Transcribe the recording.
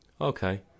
Okay